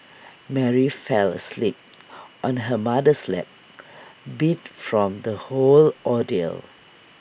Mary fell asleep on her mother's lap beat from the whole ordeal